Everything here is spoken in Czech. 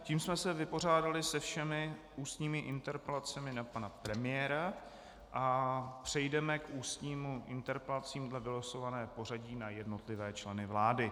Tím jsme se vypořádali se všemi ústními interpelacemi na pana premiéra a přejdeme k ústním interpelacím dle vylosovaného pořadí na jednotlivé členy vlády.